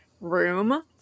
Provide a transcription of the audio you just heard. room